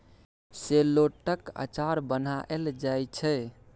शेलौटक अचार बनाएल जाइ छै